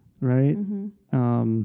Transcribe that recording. right